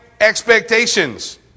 expectations